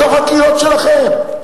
בתוך הקהילות שלכם,